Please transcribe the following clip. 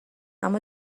اما